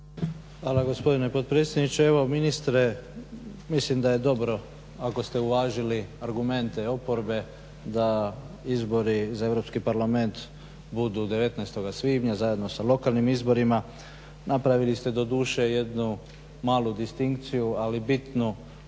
Hvala gospodine potpredsjedniče. Evo ministre, mislim da je dobro ako ste uvažili argumente oporbe, da izbori za Europski parlament budu 19. svibnja zajedno sa lokalnim izborima. Napravili ste doduše jednu malu distinkciju, ali bitnu